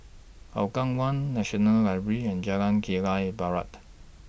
Hougang one National Library and Jalan Kilang Barat